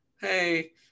hey